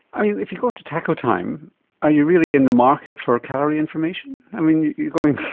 i mean if you go to taco time are you really in the market for calorie information? i mean you're going